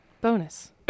bonus